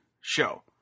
show